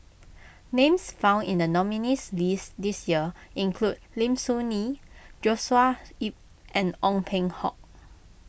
names found in the nominees' list this year include Lim Soo Ngee Joshua Ip and Ong Peng Hock